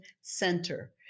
center